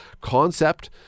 concept